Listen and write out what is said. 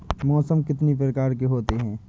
मौसम कितनी प्रकार के होते हैं?